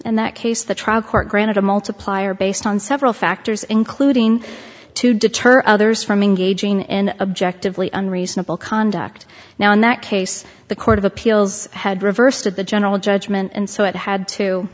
in that case the trial court granted a multiplier based on several factors including to deter others from in gauging in objective leon reasonable conduct now in that case the court of appeals had reversed of the general judgment and so it had to